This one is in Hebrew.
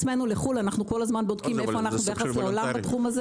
אנחנו כל הזמן בודקים איפה אנחנו ביחס לעולם בתחום הזה.